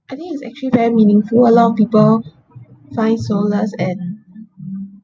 I think it's actually very meaningful a lot of people find solace and